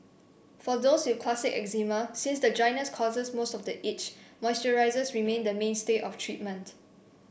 for those with classic eczema since the dryness causes most of the itch moisturisers remain the mainstay of treatment